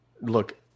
look